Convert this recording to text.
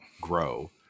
grow